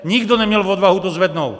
Nikdo neměl odvahu to zvednout.